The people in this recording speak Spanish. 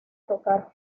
tocar